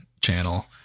channel